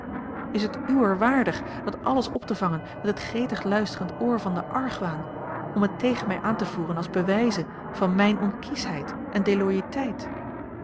is het uwer waardig dat alles op te vangen met het gretig luisterend oor van den argwaan om het tegen mij aan te voeren als bewijzen van mijne onkieschheid en